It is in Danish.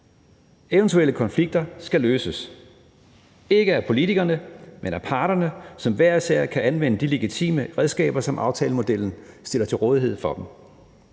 Eventuelle konflikter skal løses, ikke af politikerne, men af parterne, som hver især kan anvende de legitime redskaber, som aftalemodellen stiller til rådighed for dem.